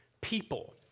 people